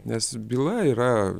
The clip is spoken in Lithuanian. nes byla yra